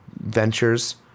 ventures